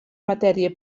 matèria